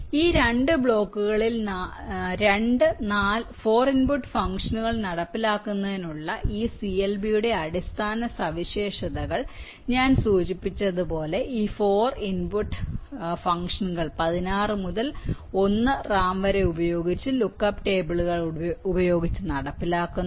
അതിനാൽ ഈ 2 ബ്ലോക്കുകളിൽ രണ്ട് 4 ഇൻപുട്ട് ഫംഗ്ഷനുകൾ നടപ്പിലാക്കുന്നതിനുള്ള ഈ CLB യുടെ അടിസ്ഥാന സവിശേഷതകൾ ഞാൻ സൂചിപ്പിച്ചതുപോലെ ഈ 4 ഇൻപുട്ട് ഫംഗ്ഷനുകൾ 16 മുതൽ 1 റാം വരെ ഉപയോഗിച്ച് ലുക്ക് അപ്പ് ടേബിളുകൾ ഉപയോഗിച്ച് നടപ്പിലാക്കുന്നു